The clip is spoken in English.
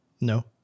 No